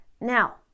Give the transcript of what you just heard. now